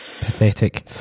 pathetic